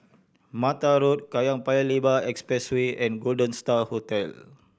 Mattar Road Kallang Paya Lebar Expressway and Golden Star Hotel